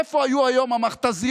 איפה היו היום המכת"זיות